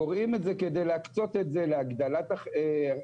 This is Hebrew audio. גורעים את זה כדי להקצות את זה להגדלת אכסניה,